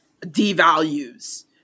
devalues